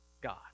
God